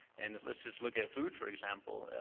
and let s just look at food, for example,